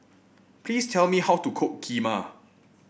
please tell me how to cook Kheema